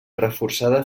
reforçada